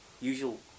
usual